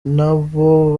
n’abo